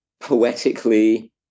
poetically